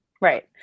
Right